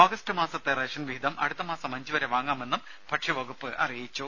August മാസത്തെ ration വിഹിതം അടുത്ത മാസം അഞ്ചു വരെ വാങ്ങാമെന്നും ഭക്ഷ്യവകുപ്പ് അറിയിച്ചു